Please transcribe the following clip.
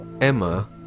Emma